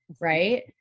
right